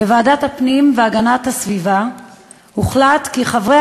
בוועדת הפנים והגנת הסביבה הוחלט כי חברי